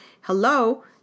Hello